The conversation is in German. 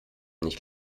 nicht